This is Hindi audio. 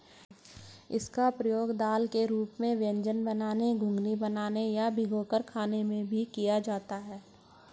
इसका प्रयोग दाल के रूप में व्यंजन बनाने में, घुघनी बनाने में या भिगोकर खाने में भी किया जाता है